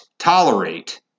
tolerate